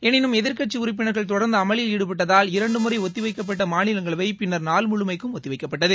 எனினும் எதிர்க்கட்சி உறுப்பினர்கள் தொடர்ந்து அமளியில் ஈடுபட்டதால் இரண்டு முறை ஒத்திவைக்கப்பட்ட மாநிலங்களவை பின்னர் நாள் முழுமைக்கும் ஒத்திவைக்கப்பட்டது